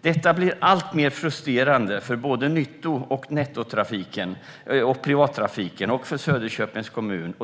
Detta blir alltmer frustrerande både för nytto och privattrafiken och för Söderköpings kommun.